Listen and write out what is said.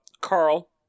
Carl-